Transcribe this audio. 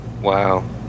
Wow